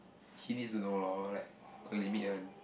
he needs to know lor like got limit one